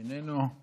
איננו,